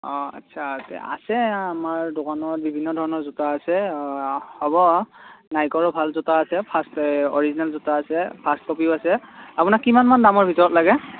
অঁ আচ্ছা আ আছে আমাৰ দোকানত বিভিন্ন ধৰণৰ জোতা আছে হ'ব নাইকৰো ভাল জোতা আছে ফাৰ্ষ্ট অৰিজিনাল জোতা আছে ফাৰ্ষ্ট কপিও আছে আপোনাক কিমান মান দামৰ ভিতৰত লাগে